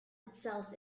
itself